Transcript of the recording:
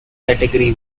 category